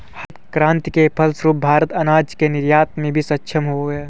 हरित क्रांति के फलस्वरूप भारत अनाज के निर्यात में भी सक्षम हो गया